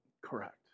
correct